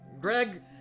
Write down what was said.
Greg